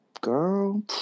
girl